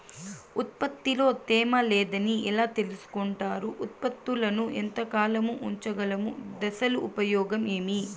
ఉత్పత్తి లో తేమ లేదని ఎలా తెలుసుకొంటారు ఉత్పత్తులను ఎంత కాలము ఉంచగలము దశలు ఉపయోగం ఏమి?